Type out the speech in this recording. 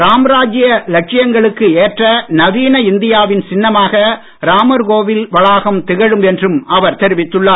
ராமராஜ்ய லட்சியங்களுக்கு ஏற்ற நவீன இந்தியாவின் சின்னமாக ராமர் கோவில் வளாகம் திகழும் என்றும் அவர் தெரிவித்துள்ளார்